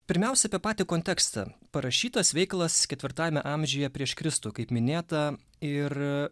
pirmiausia apie patį kontekstą parašytas veikalas ketvirtajame amžiuje prieš kristų kaip minėta ir a